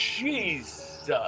Jesus